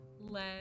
let